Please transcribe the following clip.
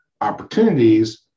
opportunities